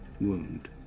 wound